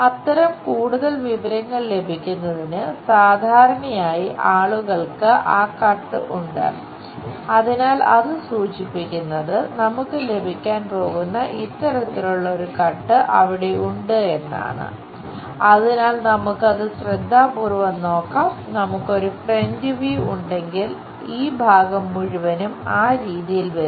അത്തരം കൂടുതൽ വിവരങ്ങൾ ലഭിക്കുന്നതിന് സാധാരണയായി ആളുകൾക്ക് ആ കട്ട് ഉണ്ടെങ്കിൽ ഈ ഭാഗം മുഴുവനും ആ രീതിയിൽ വരുന്നു